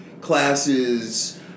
classes